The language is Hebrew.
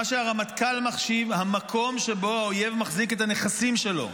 מה שהרמטכ"ל מחשיב כמקום שבו האויב מחזיק את הנכסים שלו,